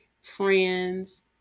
friends